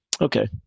Okay